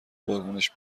قربونش